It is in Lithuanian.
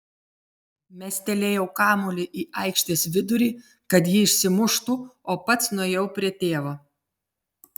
mestelėjau kamuolį į aikštės vidurį kad jį išsimuštų o pats nuėjau prie tėvo